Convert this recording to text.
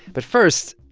but first,